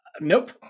nope